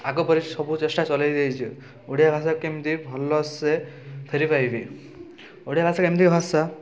ଆଗପରି ସବୁ ଚେଷ୍ଟା ଚଲେଇ ଦେଇଛି ଓଡ଼ିଆ ଭାଷା କେମିତି ଭଲସେ ଫେରି ପାଇବି ଓଡ଼ିଆ ଭାଷା ଏମିତି ଭାଷା